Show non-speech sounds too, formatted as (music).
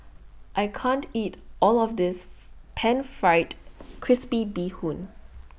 I can't eat All of This (noise) Pan Fried (noise) Crispy Bee (noise) Hoon